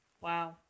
Wow